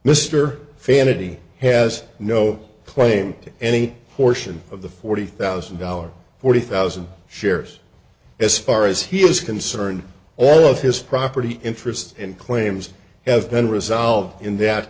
mr fantasy has no claim to any portion of the forty thousand dollars forty thousand shares as far as he is concerned all of his property interests and claims have been resolved in that